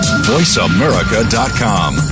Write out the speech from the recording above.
VoiceAmerica.com